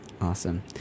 Awesome